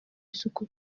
isuku